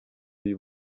you